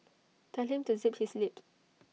tell him to zip his lip